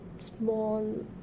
Small